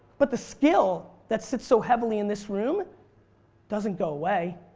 but the skill that sits so heavily in this room doesn't go away.